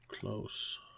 Close